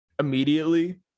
immediately